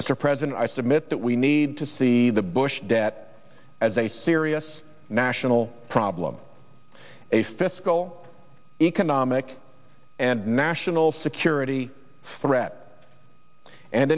mr president i submit that we need to see the bush debt as a serious national problem a fiscal economic and national security threat and